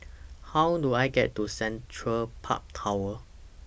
How Do I get to Central Park Tower